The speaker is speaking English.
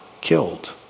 killed